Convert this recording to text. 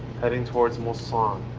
heading towards mulsanne.